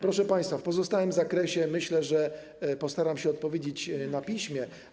Proszę państwa, w pozostałym zakresie myślę, że postaram się odpowiedzieć na piśmie.